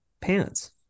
pants